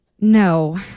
No